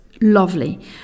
Lovely